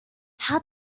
how